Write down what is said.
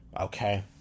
okay